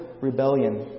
rebellion